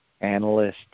analysts